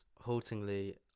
haltingly